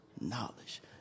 knowledge